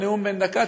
בנאום בן דקה,